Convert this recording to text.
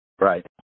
Right